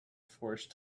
forced